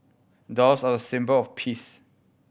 doves are a symbol of peace